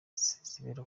sezibera